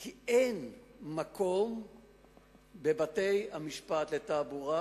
כי אין מקום בבתי-המשפט לתעבורה,